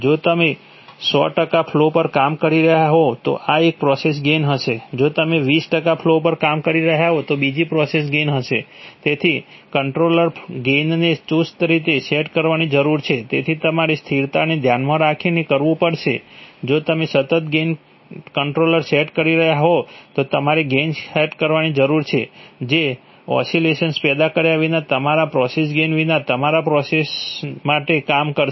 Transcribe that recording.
જો તમે સો ટકા ફ્લો પર કામ કરી રહ્યા હોવ તો એક પ્રોસેસ ગેઇન થશે જો તમે વીસ ટકા ફ્લો પર કામ કરી રહ્યા હોવ તો બીજી પ્રોસેસ ગેઇન થશે તેથી કન્ટ્રોલર ગેઇનને ચુસ્ત રીતે સેટ કરવાની જરૂર છે તેથી તમારે સ્થિરતાને ધ્યાનમાં રાખીને કરવું પડશે જો તમે સતત ગેઇન કન્ટ્રોલર સેટ કરી રહ્યા હોવ તો તમારે ગેઇન સેટ કરવાની જરૂર છે જે ઓસિલેશન પેદા કર્યા વિના તમામ પ્રોસેસ ગેઇન વિના તમામ પ્રોસેસઓ માટે કામ કરશે